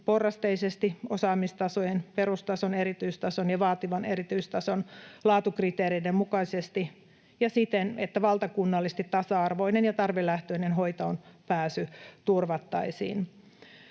porrasteisesti osaamistasojen perustason, erityistason ja vaativan erityistason laatukriteereiden mukaisesti ja siten, että valtakunnallisesti tasa-arvoinen ja tarvelähtöinen hoitoonpääsy turvattaisiin.